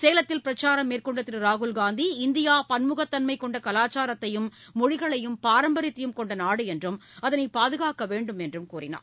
சேலத்தில் பிரச்சாரம் மேற்கொண்ட திரு ராகுல்காந்தி இந்தியா பன்முகத்தன்மை கொண்ட கலாச்சாரத்தையும் மொழிகளையும் பாரம்பரியத்தையும் கொண்ட நாடு என்றும் அதனை பாதுகாக்க வேண்டும் என்றும் கூறினார்